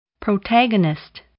Protagonist